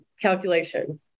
calculation